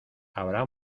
habrá